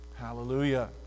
hallelujah